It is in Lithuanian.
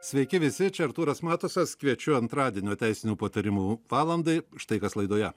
sveiki visi čia artūras matusas kviečiu a teisinių patarimų valandai štai kas laidoje